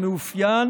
המאופיין